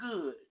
good